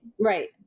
Right